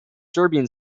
serbian